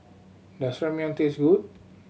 does Ramyeon taste good